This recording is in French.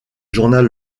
journal